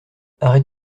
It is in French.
arrête